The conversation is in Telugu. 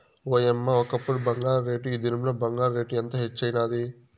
ఓయమ్మ, ఒకప్పుడు బంగారు రేటు, ఈ దినంల బంగారు రేటు ఎంత హెచ్చైనాది